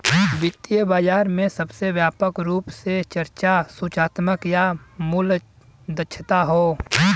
वित्तीय बाजार में सबसे व्यापक रूप से चर्चा सूचनात्मक या मूल्य दक्षता हौ